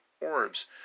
orbs